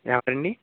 ఎవరండి